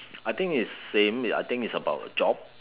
I think is same I think it's about a job